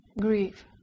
grief